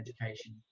education